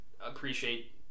appreciate